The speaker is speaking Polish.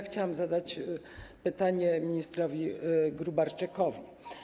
Chciałabym zadać pytanie ministrowi Gróbarczykowi.